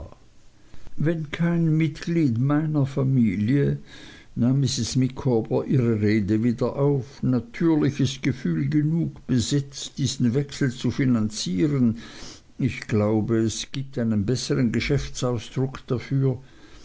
wenn kein mitglied meiner familie nahm mrs micawber ihre rede wieder auf natürliches gefühl genug besitzt diesen wechsel zu finanzieren ich glaube es gibt einen bessern geschäftsausdruck dafür